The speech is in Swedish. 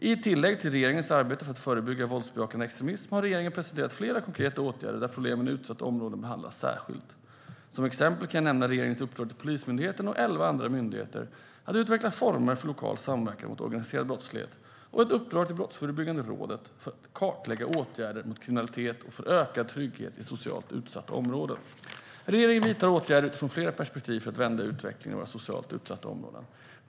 I tillägg till regeringens arbete för att förebygga våldsbejakande extremism har regeringen presenterat flera konkreta åtgärder där problemen i utsatta områden behandlas särskilt. Som exempel kan jag nämna regeringens uppdrag till Polismyndigheten och elva andra myndigheter att utveckla former för lokal samverkan mot organiserad brottslighet och ett uppdrag till Brottsförebyggande rådet att kartlägga åtgärder mot kriminalitet och för ökad trygghet i socialt utsatta områden. Regeringen vidtar åtgärder utifrån flera perspektiv för att vända utvecklingen i våra socialt utsatta områden.